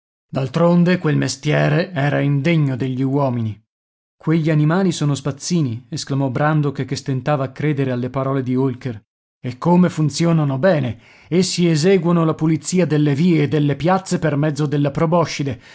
d'altronde quel mestiere era indegno degli uomini quegli animali sono spazzini esclamò brandok che stentava a credere alle parole di holker e come funzionano bene essi eseguono la pulizia delle vie e delle piazze per mezzo della proboscide